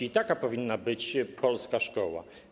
I taka powinna być polska szkoła.